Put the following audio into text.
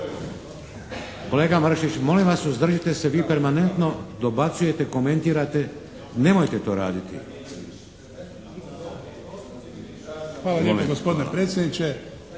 Kolega Mršić molim vas uzdržite se, vi permanentno dobacujete, komentirate. Nemojte to raditi. **Šuker, Ivan (HDZ)** Hvala lijepo gospodine predsjedniče.